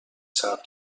ثبت